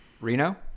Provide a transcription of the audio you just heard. Reno